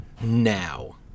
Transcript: now